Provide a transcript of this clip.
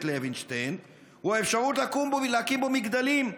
לוינשטיין היא האפשרות להקים שם מגדלים.